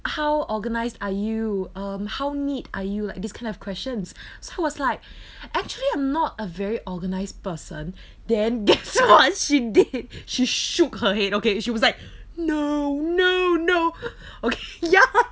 how organised are you um how neat are you like this kind of questions so I was like actually I'm not a very organised person then guess what she did she shook her head okay she was like no no no okay ya